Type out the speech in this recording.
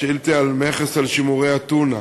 שאלתי על מכס על שימורי הטונה.